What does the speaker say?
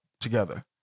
together